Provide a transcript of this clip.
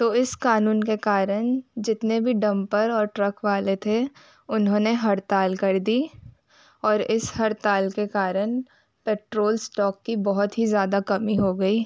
तो इस क़ानून के कारण जितने भी डंपर और ट्रक वाले थे उन्होंने हड़ताल कर दी और इस हड़ताल के कारण पेट्रोल इस्टॉक की बहुत ही ज़्यादा कमी हो गई